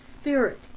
spirit